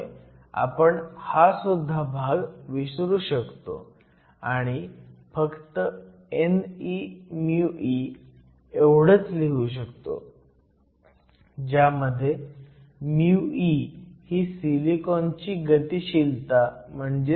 त्यामुळे आपण हा सुद्धा भाग विसरू शकतो आणि फक्त n e μe एवढंच लिहू शकतो ज्यामध्ये μe ही सिलिकॉनची गतिशीलता आहे